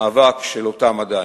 מאבק שלא תם עדיין.